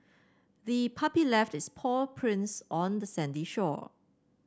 the puppy left its paw prints on the sandy shore